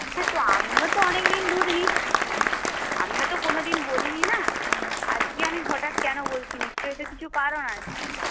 হ্যাঁ তো আমিও তো অনেক দিন দুধ নিচ্ছি আমিও তো কোনো দিন বলি নি না আজকে আমি হঠাৎ কেন বলছি নিশ্চই তো কিছু কারণ আছে